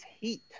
heat